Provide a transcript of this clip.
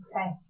Okay